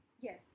yes